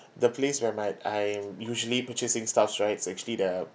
the place where my I'm usually purchasing stuffs right is actually the